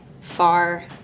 far